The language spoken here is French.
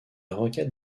requête